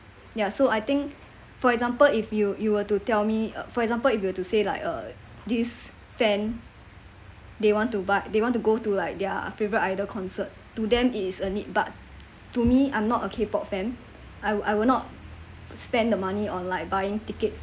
ya so I think for example if you you were to tell me for example if you were to say like uh this fan they want to buy they want to go to like their favourite idol concert to them it is a need but to me I'm not a K pop fan I will I will not spend the money on like buying tickets